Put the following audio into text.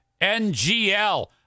NGL